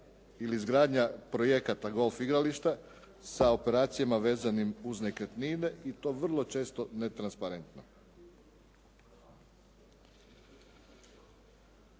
ili izgradnja projekata golf igrališta sa operacijama vezanim uz nekretnine i to vrlo često netransparentno.